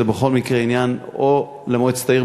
זה בכל מקרה עניין או למועצת העיר,